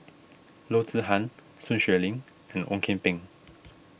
Loo Zihan Sun Xueling and Ong Kian Peng